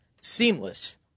seamless